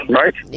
right